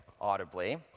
audibly